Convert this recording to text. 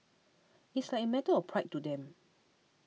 it's like a matter of pride to them